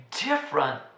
different